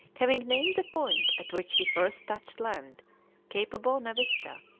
having named the point at which he first touched land cape bona vista,